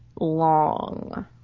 long